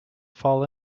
fall